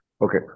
Okay